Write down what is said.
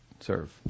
serve